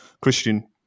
Christian